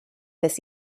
this